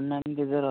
नाही की जर